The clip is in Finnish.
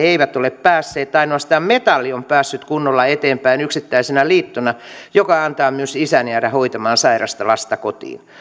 eivät ole päässeet ainoastaan metalli on päässyt kunnolla eteenpäin yksittäisenä liittona joka antaa myös isän jäädä hoitamaan sairasta lasta kotiin